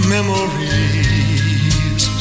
Memories